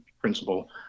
principle